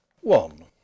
One